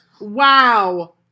Wow